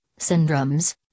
syndromes